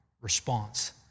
response